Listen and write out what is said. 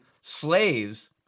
slaves